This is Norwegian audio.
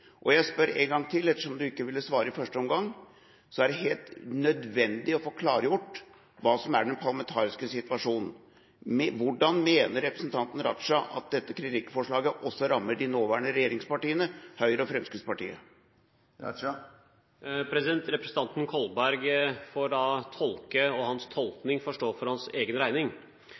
kritikken. Jeg spør en gang til, og etter som han ikke ville svare i første omgang, er det helt nødvendig å få klargjort hva som er den parlamentariske situasjonen: Hvordan mener representanten Raja at dette kritikkforslaget også rammer de nåværende regjeringspartiene Høyre og Fremskrittspartiet? Representanten Kolberg får tolke, og hans tolkning får stå for egen regning.